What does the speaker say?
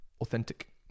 authentic